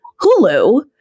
Hulu